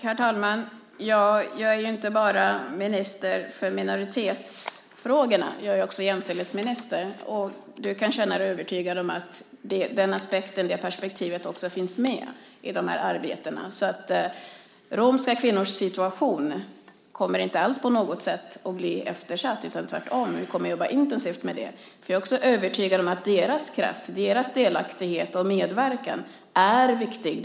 Herr talman! Jag är ju inte bara minister för minoritetsfrågorna. Jag är också jämställdhetsminister. Du kan känna dig övertygad, Helene, om att den aspekten, det perspektivet, också finns med i det här arbetet. Romska kvinnors situation kommer inte alls på något sätt att bli eftersatt, utan vi kommer tvärtom att jobba intensivt med den. Jag är också övertygad om att deras kraft, deras delaktighet och medverkan är viktig.